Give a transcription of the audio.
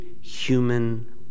human